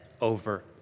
over